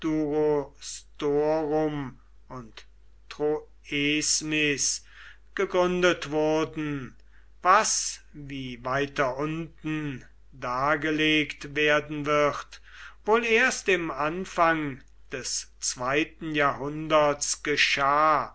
und troesmis gegründet wurden was wie weiter unten dargelegt werden wird wohl erst im anfang des zweiten jahrhunderts geschah